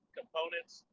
components